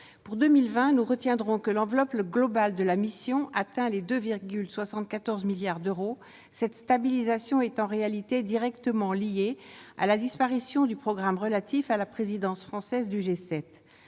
Pour 2020, nous retiendrons que l'enveloppe globale de la mission atteint les 2,74 milliards d'euros. Cette stabilisation est en réalité directement liée à la disparition du programme relatif à la présidence française du G7.